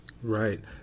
Right